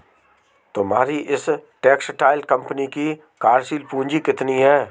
तुम्हारी इस textile company की कार्यशील पूंजी कितनी है?